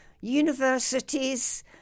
universities